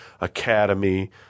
Academy